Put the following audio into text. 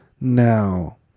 now